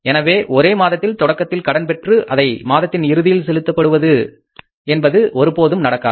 எனவே ஒரே மாதத்தில் தொடக்கத்தில் கடன்பெற்று அதே மாதத்தின் இறுதியில் செலுத்தப்படுவது என்பது ஒருபோதும் நடக்காது